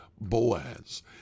Boaz